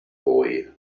boy